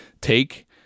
take